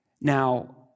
Now